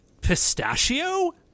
Pistachio